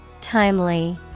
Timely